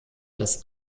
das